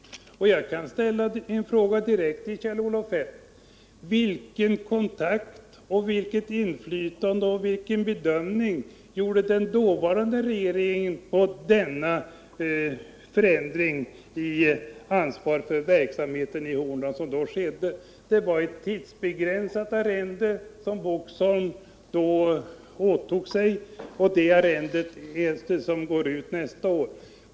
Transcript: Jag vill ställa en fråga direkt till Kjell-Olof Feldt: Vilken bedömning gjorde den dåvarande regeringen av den förändring i ansvaret för verksamheten i Horndal som då skedde? Det var ett tidsbegränsat arrende som går ut nästa år som Boxholm då övertog.